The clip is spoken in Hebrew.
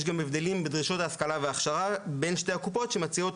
יש גם הבדלים בדרישות ההשכלה וההכשרה בין שתי הקופות שמציעות